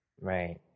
right